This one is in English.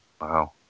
Wow